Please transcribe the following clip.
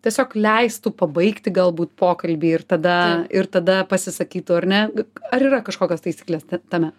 tiesiog leistų pabaigti galbūt pokalbį ir tada ir tada pasisakytų ar ne ar yra kažkokios taisyklės tame